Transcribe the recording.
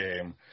game